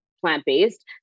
plant-based